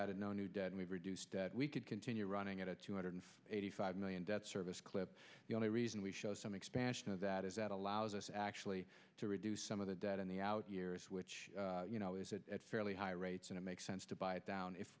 added no new dad we've reduced that we could continue running at a two hundred eighty five million debt service clip the only reason we show some expansion of that is that allows us actually to reduce some of the debt in the out years which you know is a fairly high rates and it makes sense to buy it down if